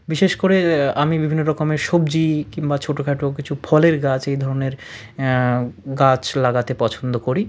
বিশেষ করে আমি বিভিন্ন রকমের সবজি কিংবা ছোটো খাটো কিছু ফলের গাছ এই ধরনের গাছ লাগাতে পছন্দ করি